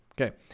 Okay